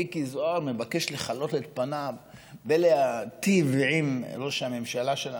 מיקי זוהר מבקש לחלות את פניו ולהיטיב עם ראש הממשלה שלנו.